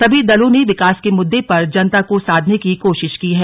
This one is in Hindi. सभी दलों ने विकॉस के मुद्दे पर जनता को साधने की कोशिश की है